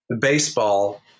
baseball